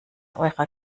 eurer